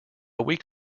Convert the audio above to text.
week